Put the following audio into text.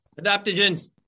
Adaptogens